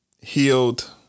healed